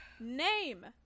Name